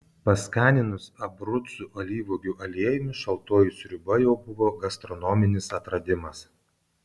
paskaninus abrucų alyvuogių aliejumi šaltoji sriuba jau buvo gastronominis atradimas